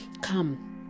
come